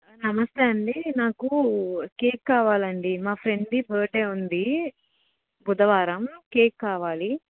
నమస్తే అండి నాకు కేక్ కావాలండి మా ఫ్రెండ్ది బర్త్డే ఉంది బుధవారం కేక్ కావాలి